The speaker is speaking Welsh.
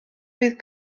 fydd